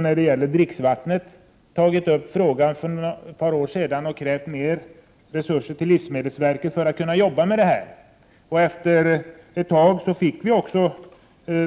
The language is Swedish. När det gäller dricksvattnet tog vi för ett par år sedan upp frågan och krävde mer resurser till livsmedelsverket för att man där skulle kunna jobba med detta. Efter ett tag fick vi